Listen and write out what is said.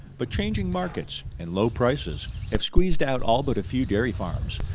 but changing markets and low prices have squeezed out all but a few dairy farms.